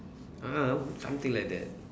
ah something like that